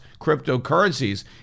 cryptocurrencies